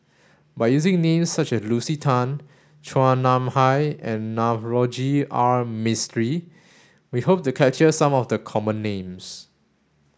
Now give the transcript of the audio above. by using names such as Lucy Tan Chua Nam Hai and Navroji R Mistri we hope to capture some of the common names